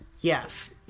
yes